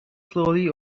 slowly